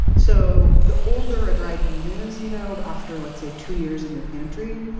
so the older a dried bean is you know after let's say two years in your pantry,